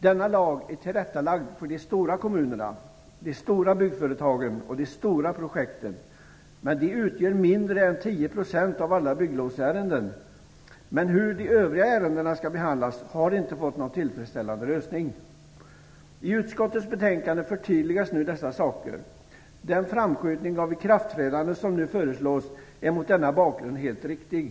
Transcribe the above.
Denna lag är tillrättalagd för de stora kommunerna, de stora byggföretagen och de stora projekten. De utgör mindre än 10 % av alla bygglovsärenden. Frågan om hur de övriga ärendena skall behandlas har inte fått någon tillfredsställande lösning. I utskottets betänkande förtydligas nu dessa saker. Den framskjutning av ikraftträdandet som nu föreslås är mot denna bakgrund helt riktig.